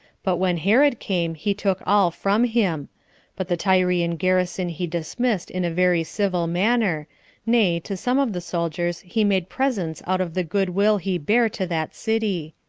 but when herod came he took all from him but the tyrian garrison he dismissed in a very civil manner nay, to some of the soldiers he made presents out of the good-will he bare to that city.